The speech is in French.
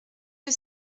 que